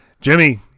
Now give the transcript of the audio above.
Jimmy